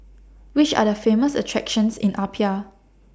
Which Are The Famous attractions in Apia